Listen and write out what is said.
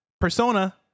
Persona